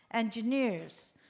engineers,